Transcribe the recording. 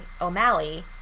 O'Malley